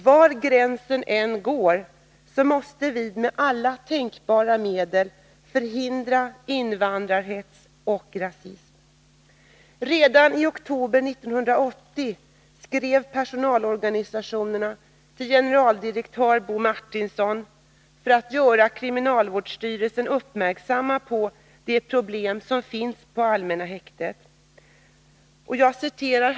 Var gränsen än går måste vi med alla tänkbara medel förhindra invandrarhets och rasism. Redani oktober 1980 skrev personalorganisationen till generaldirektör Bo Martinsson för att göra kriminalvårdsstyrelsen uppmärksam på de problem som finns på allmänna häktet. Herr talman!